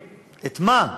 את מה?